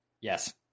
Yes